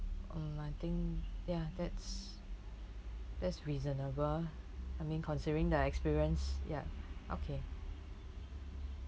mm I think ya that's that's reasonable I mean considering the experience ya okay